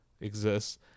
exists